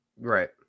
Right